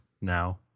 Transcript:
now